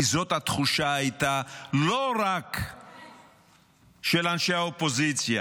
כי התחושה הזאת הייתה לא רק של אנשי האופוזיציה,